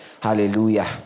Hallelujah